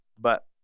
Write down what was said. But-